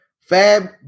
Fab